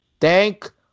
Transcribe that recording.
Thank